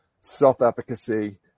self-efficacy